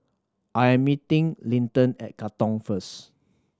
I am meeting Linton at Katong first